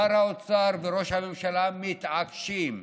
שר האוצר וראש הממשלה מתעקשים.